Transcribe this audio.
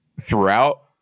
Throughout